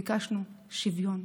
ביקשנו שוויון.